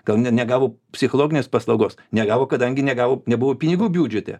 gal ne negavo psichologinės paslaugos negavo kadangi negavo nebuvo pinigų biudžete